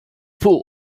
fool